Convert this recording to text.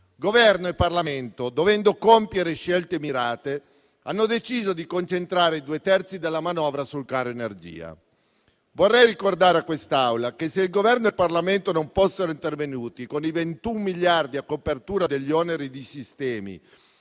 Governo e Parlamento, dovendo compiere scelte mirate, hanno deciso di concentrare due terzi della manovra sul caro energia. Vorrei ricordare a quest'Assemblea che se il Governo e il Parlamento non fossero intervenuti con i 21 miliardi a copertura degli oneri di sistemi